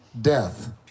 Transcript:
death